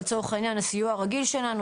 לצורך העניין הסיוע הרגיל שלנו,